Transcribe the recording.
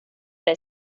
dig